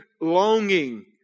Longing